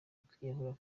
kwiyahura